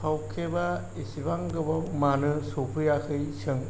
फाव केब आ इसेबां गोबाव मानो सफैयाखै सों